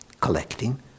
collecting